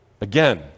Again